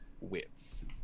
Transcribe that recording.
wits